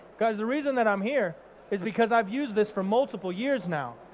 because the reason that i'm here is because i've used this for multiple years now.